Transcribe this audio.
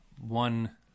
one